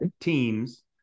teams